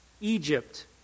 Egypt